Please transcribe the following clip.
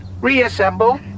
reassemble